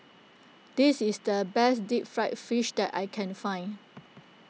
this is the best Deep Fried Fish that I can find